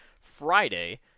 Friday